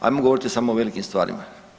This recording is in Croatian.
Hajmo govoriti samo o velikim stvarima.